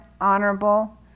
honorable